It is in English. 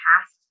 past